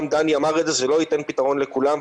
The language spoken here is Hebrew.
גם דני אמר שזה לא ייתן פתרון לכולם,